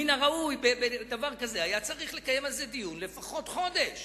מן הראוי שעל דבר כזה נקיים דיון לפחות במשך חודש,